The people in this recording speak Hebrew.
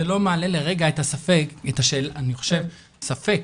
זה לא מעלה לרגע, אני חושב, ספק